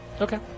Okay